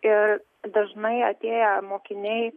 ir dažnai atėję mokiniai